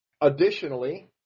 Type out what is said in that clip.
Additionally